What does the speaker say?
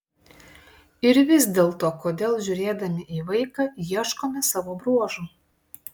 ir vis dėlto kodėl žiūrėdami į vaiką ieškome savo bruožų